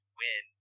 win